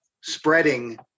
spreading